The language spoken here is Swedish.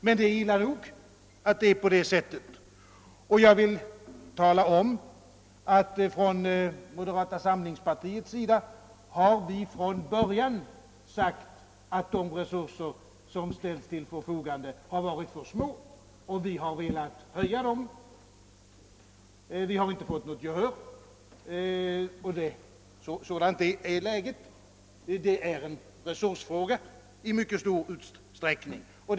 Men det är illa nog att det är på detta sätt, och jag vill tala om, att från moderata samlingspartiets sida har vi från bör jan sagt att de resurser som ställts till förfogande har varit för små. Vi har velat öka resurserna, men vi har inte vunnit gehör. Sådant är läget. Det är i mycket stor utsträckning en resursfråga.